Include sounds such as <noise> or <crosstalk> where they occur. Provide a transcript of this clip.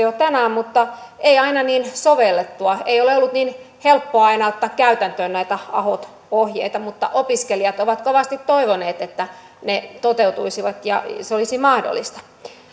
<unintelligible> jo tänään mutta ei aina niin sovellettuna ei ole ollut niin helppoa aina ottaa käytäntöön näitä ahot ohjeita mutta opiskelijat ovat kovasti toivoneet että ne toteutuisivat ja se olisi mahdollista